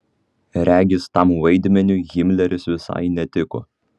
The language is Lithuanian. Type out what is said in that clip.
regis tam vaidmeniui himleris visai netiko